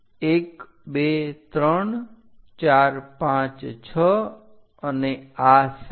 1 2 3 4 5 6 અને આ 7